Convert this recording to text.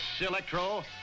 Electro